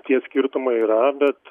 tie skirtumai yra bet